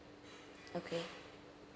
okay